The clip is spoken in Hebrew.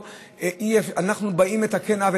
אנחנו באים לתקן עוול.